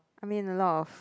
I mean a lot of